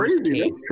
crazy